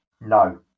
No